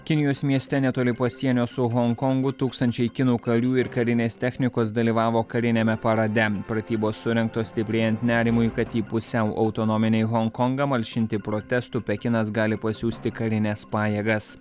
kinijos mieste netoli pasienio su honkongu tūkstančiai kinų karių ir karinės technikos dalyvavo kariniame parade pratybos surengtos stiprėjant nerimui kad į pusiau autonominį honkongą malšinti protestų pekinas gali pasiųsti karines pajėgas